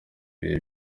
ibihe